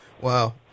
Wow